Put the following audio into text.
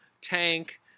Tank